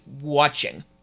watching